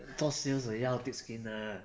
做 sales 的要 thick skin 的